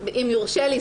אם יורשה לי,